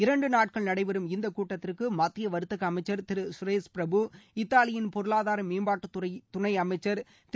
இரண்டு நாட்கள் நடைபெறும் இந்த கூட்டத்திற்கு மத்திய வர்த்தக அமைச்சர் திருசுரேஷ் பிரபு இத்தாலியின் பொருளாதார மேம்பாட்டுத்துறை துணை அமைச்சர் திரு